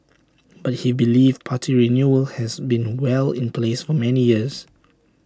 but he believes party renewal has been well in place for many years